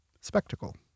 spectacle